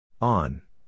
On